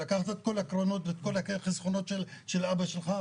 לקחת את כל הקרנות ואת כל החסכונות של אבא שלך,